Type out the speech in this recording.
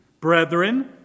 brethren